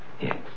Yes